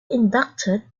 inducted